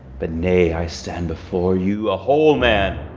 but nay, i stand before you a whole man.